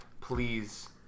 please